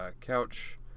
Couch